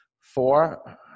four